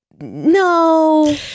no